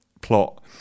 plot